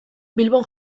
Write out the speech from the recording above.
bilbon